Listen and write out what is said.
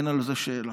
אין על זה שאלה,